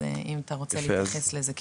אז אם אתה רוצה להתייחס לזה.